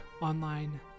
online